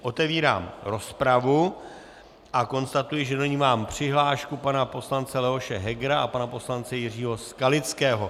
Otevírám rozpravu a konstatuji, že do ní mám přihlášku pana poslance Leoše Hegera a pana poslance Jiřího Skalického.